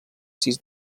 sis